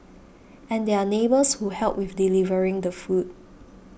and there are neighbours who help with delivering the food